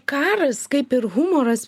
karas kaip ir humoras